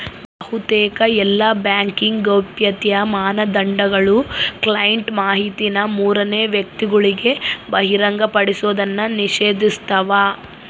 ಬಹುತೇಕ ಎಲ್ಲಾ ಬ್ಯಾಂಕಿಂಗ್ ಗೌಪ್ಯತೆಯ ಮಾನದಂಡಗುಳು ಕ್ಲೈಂಟ್ ಮಾಹಿತಿನ ಮೂರನೇ ವ್ಯಕ್ತಿಗುಳಿಗೆ ಬಹಿರಂಗಪಡಿಸೋದ್ನ ನಿಷೇಧಿಸ್ತವ